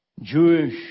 Jewish